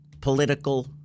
political –